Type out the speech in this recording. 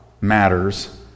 matters